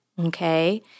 Okay